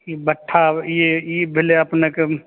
ई भट्टा ई ई भेलै अपनेके